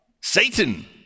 Satan